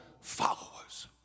followers